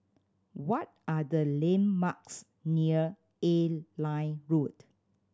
what are the landmarks near Airline Road